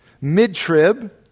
mid-trib